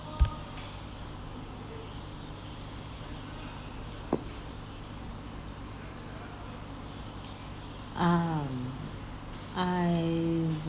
um I